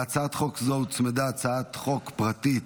להצעת חוק זו הוצמדה הצעת חוק פרטית